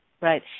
right